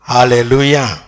Hallelujah